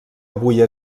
avui